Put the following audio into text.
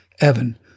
Evan